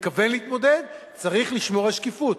ומתכוון להתמודד צריך לשמור על שקיפות.